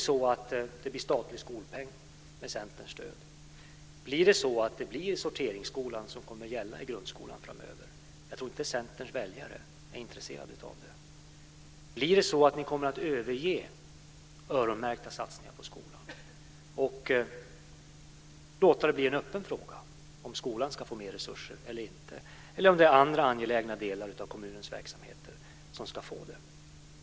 Om det blir statlig skolpeng med Centerns stöd, om det blir sorteringsskolan som ska gälla i grundskolan framöver, kommer Centerns väljare inte att vara intresserade. Kommer ni att överge öronmärkta satsningar på skolan och låta det bli en öppen fråga om skolan ska få mer resurser eller inte, eller är det andra angelägna delar i kommunernas verksamheter som ska få resurserna?